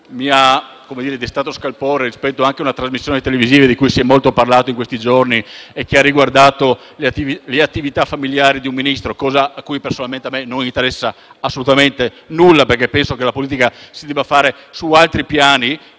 più ha destato scalpore riguarda una trasmissione televisiva di cui si è molto parlato in questi giorni e che ha riguardato le attività familiari di un Ministro, di cui a me però personalmente non interessa assolutamente nulla perché penso che la politica si debba fare su altri piani